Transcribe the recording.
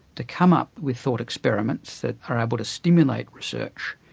to come up with thought experiments that are able to stimulate research,